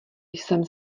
jsem